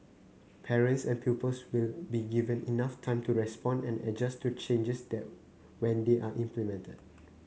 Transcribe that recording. parents and pupils will be given enough time to respond and adjust to changes that when they are implemented